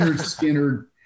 Skinner